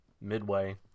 Midway